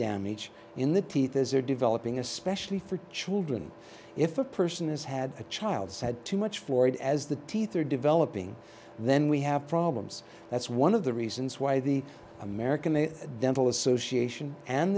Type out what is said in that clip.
damage in the teeth as they're developing especially for children if a person has had a child said too much for it as the teeth are developing then we have problems that's one of the reasons why the american dental association and